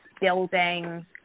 building